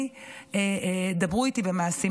אני, דברו איתי במעשים.